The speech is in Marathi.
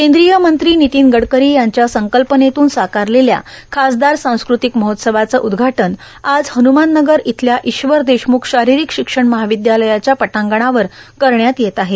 केंद्रीय मंत्री नितीन गडकरी यांच्या संकल्पनेतून साकारलेल्या खासदार सांस्कृतिक महोत्सवाचं उद्घाटन आज हनुमाननगर इथल्या ईश्वर देशमुख शारीरिक शिक्षण महाविद्यालयाच्या पटांगणावर करण्यात येत आहे